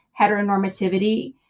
heteronormativity